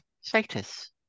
status